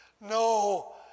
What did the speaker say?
No